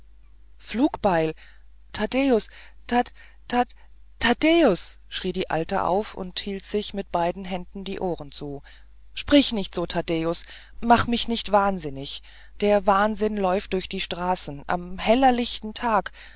flugbeil taddäus tadd tadd taddäus schrie die alte auf und hielt sich mit beiden händen die ohren zu sprich nicht so taddäus mach mich nicht wahnsinnig der wahnsinn läuft durch die straßen am hellichten tag